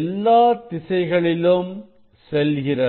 எல்லாத் திசைகளிலும் செல்கிறது